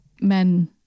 men